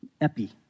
Epi